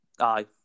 aye